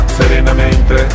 serenamente